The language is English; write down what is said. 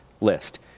list